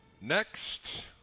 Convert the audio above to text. Next